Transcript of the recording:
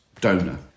donor